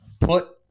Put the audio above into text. Put